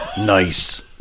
Nice